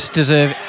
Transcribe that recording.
deserve